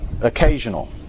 occasional